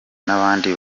n’abandi